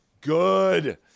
good